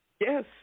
Yes